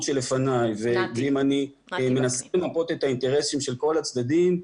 שלפני ואם אני מנסה לראות את האינטרסים של כל הצדדים,